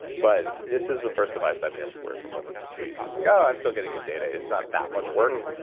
but this is the first device i've been able to wear for more than six weeks, and like, oh, i'm still getting good data. it's not that much work.